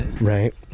right